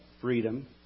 freedom